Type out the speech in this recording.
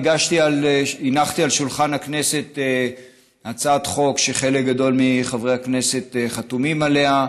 הנחתי על שולחן הכנסת הצעת חוק שחלק גדול מחברי הכנסת חתומים עליה,